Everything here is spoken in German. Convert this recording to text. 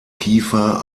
kiefer